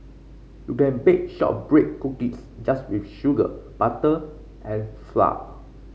you can bake shortbread cookies just with sugar butter and flour